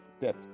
debt